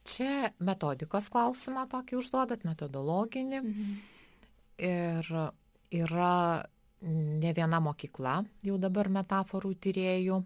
čia metodikos klausimą tokį užduodat metodologinį ir yra ne viena mokykla jau dabar metaforų tyrėjų